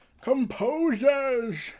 Composers